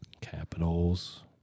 Capitals